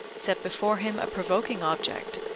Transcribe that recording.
set before him a provoking object,